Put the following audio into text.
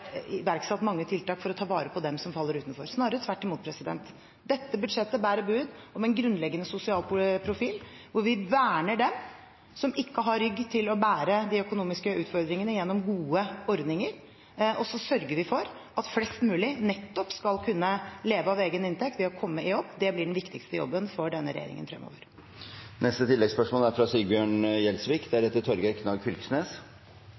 iverksatt mange tiltak for å ta vare på dem som faller utenfor – snarere tvert imot. Dette budsjettet bærer bud om en grunnleggende sosial profil, hvor vi verner dem som ikke har rygg til å bære de økonomiske utfordringene, gjennom gode ordninger. Vi sørger for at flest mulig nettopp skal kunne leve av egen inntekt ved å komme i jobb. Det blir den viktigste jobben for denne regjeringen